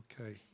okay